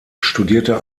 studierte